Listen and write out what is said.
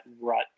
rut